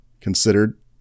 considered